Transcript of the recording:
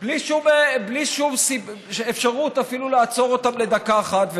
בלי שום אפשרות אפילו לעצור אותם לדקה אחת.